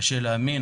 קשה להאמין,